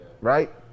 right